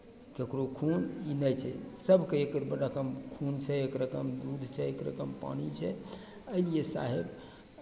ककरो खून नहि छै सभके एक एक रकम खून छै एक रकम दूध छै एक रकम पानी छै एहिलिए साहेब